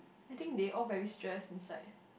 I think they all very stress inside